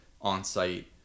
On-site